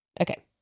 Okay